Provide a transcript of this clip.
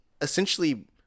essentially